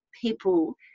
people